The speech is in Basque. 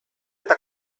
eta